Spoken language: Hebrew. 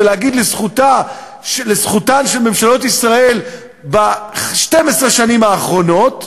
ולהגיד לזכותן של ממשלות ישראל ב-12 השנים האחרונות,